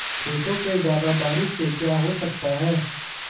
खेतों पे ज्यादा बारिश से क्या हो सकता है?